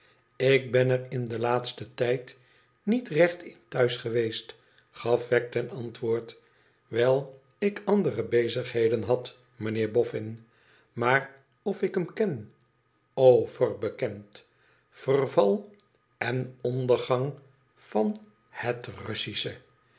ik ben er in den laatsten tijd niet recht in thuis geweest gaf wegg ten antwoord wijl ik andere bezigheden had mijnheer boffin maar of ik hem ken overbekend verval en ondergang van het russische